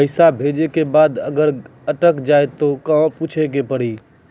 पैसा भेजै के बाद अगर अटक जाए ता कहां पूछे के पड़ी?